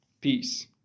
Peace